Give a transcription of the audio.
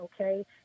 okay